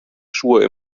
schuhe